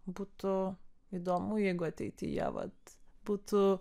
būtų įdomu jeigu ateityje vat būtų